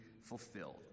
fulfilled